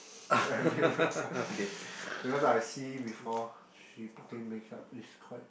because I see before she putting make up is quite